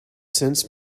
since